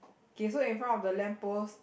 K so in front of the lamp post